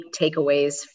takeaways